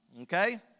okay